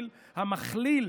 המכליל,